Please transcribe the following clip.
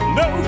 no